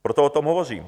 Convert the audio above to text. Proto o tom hovořím.